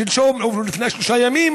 ששלשום, לפני שלושה ימים,